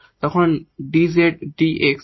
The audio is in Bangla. তখন 𝑑𝑧 𝑑𝑥 1 𝑥 প্রয়োজন হবে